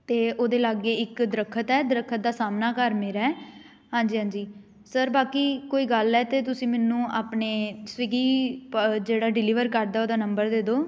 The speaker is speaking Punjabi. ਅਤੇ ਉਹਦੇ ਲਾਗੇ ਇੱਕ ਦਰੱਖਤ ਹੈ ਦਰੱਖਤ ਦਾ ਸਾਹਮਣਾ ਘਰ ਮੇਰਾ ਹੈ ਹਾਂਜੀ ਹਾਂਜੀ ਸਰ ਬਾਕੀ ਕੋਈ ਗੱਲ ਹੈ ਤਾਂ ਤੁਸੀਂ ਮੈਨੂੰ ਆਪਣੇ ਸਵੀਗੀ ਪ ਜਿਹੜਾ ਡਿਲੀਵਰ ਕਰਦਾ ਉਹਦਾ ਨੰਬਰ ਦੇ ਦਿਉ